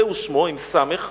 זהו שמו, בסמ"ך.